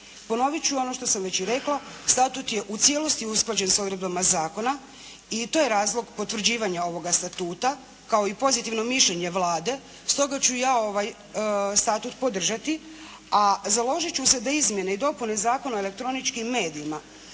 Ponovit ću ono što sam već i rekla, statut je u cijelosti usklađen s odredbama zakona i to je razlog potvrđivanja ovoga statuta kao i pozitivno mišljenje Vlade, stoga ću ja statut podržati, a založit ću se da izmjene i dopune Zakona o elektroničkim medijima